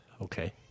okay